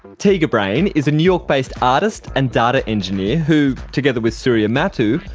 tega brain is a new york based artist and data engineer, who, together with surya mattu,